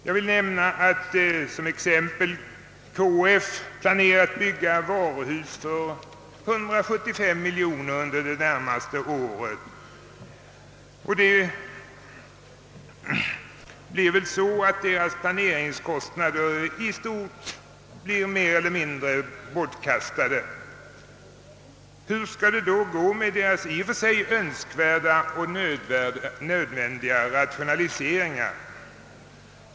Jag vill som exempel nämna att KF planerat att bygga varuhus för 175 miljoner kronor under de närmaste åren, men planeringskostnaderna för dessa kan nu betraktas som mer eller mindre bortkastade. Hur skall det då gå med KF:s i och för sig önskvärda och nödvändiga rationaliseringar?